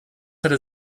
hätte